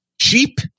Cheap